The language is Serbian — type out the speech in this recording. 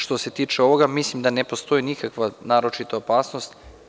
Što se tiče ovoga, mislim da ne postoji nikakva naročita opasnost.